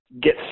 get